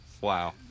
Wow